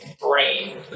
brain